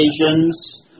occasions